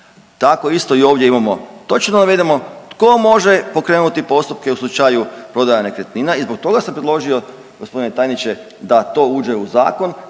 Tako isto i ovdje imamo točno navedeno tko može pokrenuti postupku u slučaju prodaje nekretnina i zbog toga sam predložio g. tajniče da to uđe u zakon